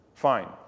Fine